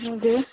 हजुर